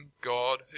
God